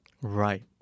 Right